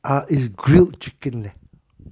ah is grilled chicken leh